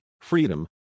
freedom